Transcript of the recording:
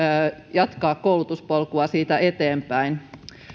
jatkaa koulutuspolkua siitä eteenpäin